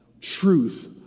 truth